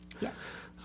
Yes